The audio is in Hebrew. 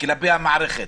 וכלפי המערכת